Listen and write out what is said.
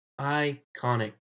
Iconic